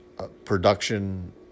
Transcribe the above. production